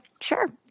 sure